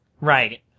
Right